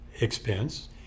expense